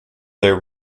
their